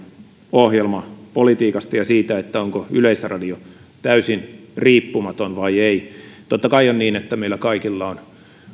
ohjelmapolitiikasta ja siitä onko yleisradio täysin riippumaton vai ei totta kai on niin että meillä kaikilla on